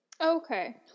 Okay